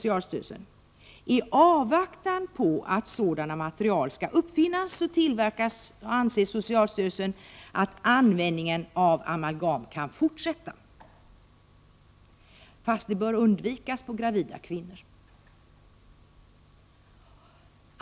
I avvaktan på att sådana material skall uppfinnas och tillverkas anser socialstyrelsen att användningen av amalgam kan fortsätta, men bör undvikas på gravida kvinnor.